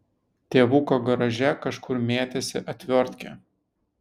tėvuko garaže kažkur mėtėsi atviortkė